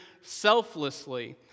selflessly